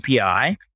API